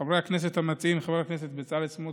חברי הכנסת המציעים חבר הכנסת בצלאל סמוטריץ',